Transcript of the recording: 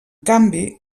canvi